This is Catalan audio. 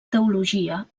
teologia